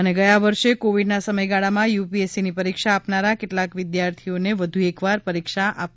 ે ગયા વર્ષે કોવિડના સમયગાળામાં યુપીએસસીની પરીક્ષા આપનારા કેટલાક વિદ્યાર્થીઓને વધુ એકવાર પરીક્ષા આપવા દેવામાં આવશે